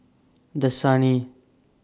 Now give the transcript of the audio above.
Dasani